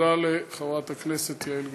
תודה לחברת הכנסת יעל גרמן.